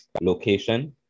Location